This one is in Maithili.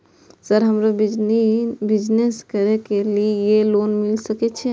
सर हमरो बिजनेस करके ली ये लोन मिल सके छे?